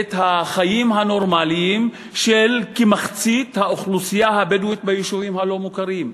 ואת החיים הנורמליים של כמחצית האוכלוסייה הבדואית ביישובים הלא-מוכרים.